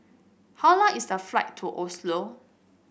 how long is the flight to Oslo